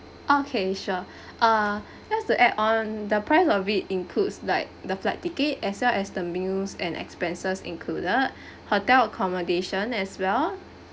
okay sure uh just to add on the price of it includes like the flight ticket as well as the meals and expenses included hotel accommodation as well